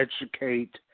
educate